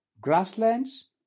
grasslands